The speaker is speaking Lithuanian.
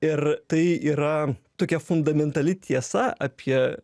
ir tai yra tokia fundamentali tiesa apie